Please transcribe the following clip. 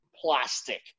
plastic